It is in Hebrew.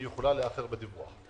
היא יכולה לאחר בדיווח.